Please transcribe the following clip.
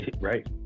Right